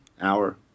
Hour